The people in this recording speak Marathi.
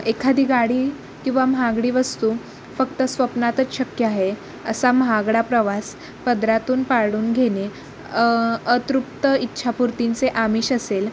एखादी गाडी किंवा महागडी वस्तू फक्त स्वप्नातच शक्य आहे असा महागडा प्रवास पदरातून पाडून घेणे अतृप्त इच्छापुर्तींचे आमिष असेल